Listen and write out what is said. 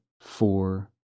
four